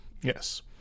yes